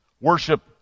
worship